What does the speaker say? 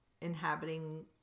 inhabiting